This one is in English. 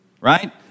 right